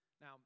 Now